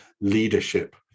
leadership